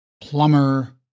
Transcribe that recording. plumber